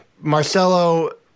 Marcelo